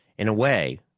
in a way,